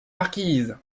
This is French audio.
marquise